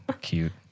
Cute